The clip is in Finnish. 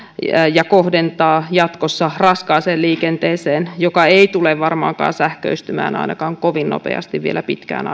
ja kohdentaa jatkossa raskaaseen liikenteeseen joka ei tule varmaankaan sähköistymään ainakaan kovin nopeasti vielä pitkään